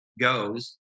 goes